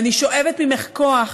ואני שואבת ממך כוח,